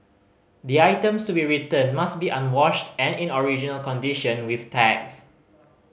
the items to be returned must be unwashed and in original condition with tags